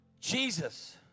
Jesus